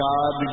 God